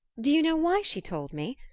do you know why she told me?